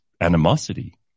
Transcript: animosity